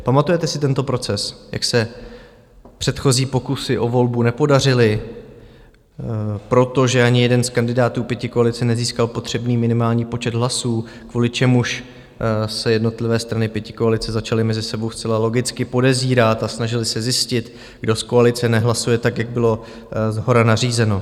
Pamatujete si tento proces, jak se předchozí pokusy o volbu nepodařily, protože ani jeden z kandidátů pětikoalice nezískal potřebný minimální počet hlasů, kvůli čemuž se jednotlivé strany pětikoalice začaly mezi sebou zcela logicky podezírat a snažily se zjistit, kdo z koalice nehlasuje tak, jak bylo shora nařízeno?